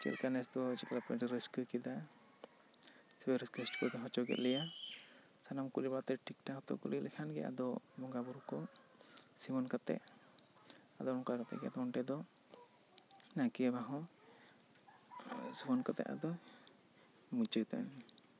ᱪᱮᱫ ᱞᱮᱠᱟ ᱱᱮᱥ ᱫᱚ ᱪᱤᱠᱟᱹ ᱞᱮᱠᱟ ᱯᱮ ᱨᱟᱹᱥᱠᱟᱹ ᱠᱮᱫᱟ ᱨᱟᱹᱥᱠᱟᱹᱥᱴ ᱦᱚᱪᱚ ᱠᱮᱫ ᱞᱮᱭᱟ ᱥᱟᱱᱟᱢ ᱠᱚ ᱡᱚᱜᱟᱣ ᱠᱟᱛᱮᱜ ᱴᱷᱤᱠ ᱴᱷᱟᱠ ᱦᱚᱛᱚ ᱠᱩᱞᱤ ᱞᱮᱠᱷᱟᱱ ᱜᱮ ᱟᱫᱚ ᱵᱚᱸᱜᱟ ᱵᱳᱨᱳ ᱠᱚ ᱥᱤᱢᱚᱱ ᱠᱟᱛᱮᱜ ᱟᱫᱚ ᱱᱚᱝᱠᱟ ᱠᱟᱛᱮᱜ ᱜᱮ ᱱᱚᱸᱰᱮ ᱫᱚ ᱱᱟᱭᱠᱮ ᱵᱟᱵᱟ ᱦᱚᱸ ᱥᱤᱢᱚᱱ ᱠᱟᱛᱮᱜ ᱟᱫᱚᱭ ᱢᱩᱪᱟᱹᱫᱟ